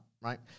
right